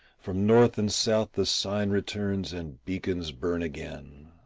from north and south the sign returns and beacons burn again.